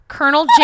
Colonel